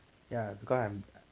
ya because I'm I